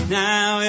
now